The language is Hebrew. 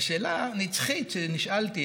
והשאלה הנצחית שנשאלתי,